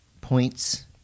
points